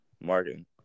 Martin